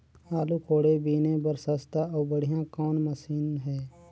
आलू कोड़े बीने बर सस्ता अउ बढ़िया कौन मशीन हे?